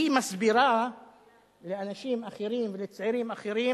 היא מסבירה לאנשים אחרים, לצעירים אחרים,